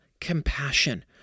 compassion